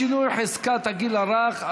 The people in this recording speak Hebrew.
שינוי חזקת הגיל הרך),